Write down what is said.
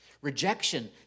Rejection